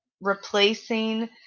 replacing